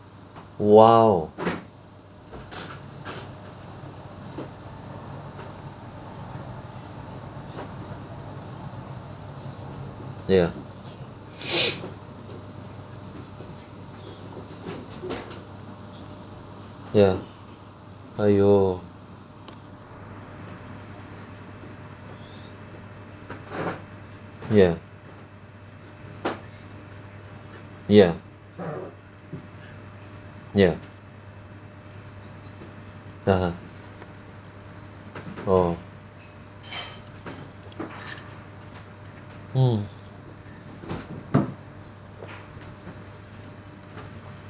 !wow! ya ya !aiyo! ya ya ya (uh huh) oh mm